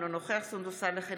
אינו נוכח סונדוס סאלח,